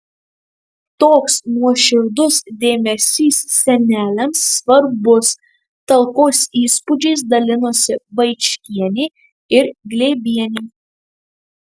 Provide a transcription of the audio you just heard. toks nuoširdus dėmesys seneliams labai svarbus talkos įspūdžiais dalinosi vaičkienė ir glėbienė